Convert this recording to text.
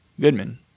Goodman